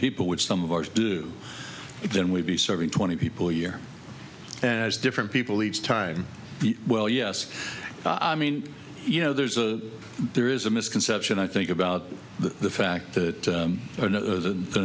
people which some of us do then we'd be serving twenty people year as different people each time well yes i mean you know there's a there is a misconception i think about the fact that